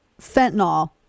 fentanyl